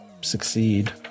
succeed